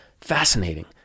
fascinating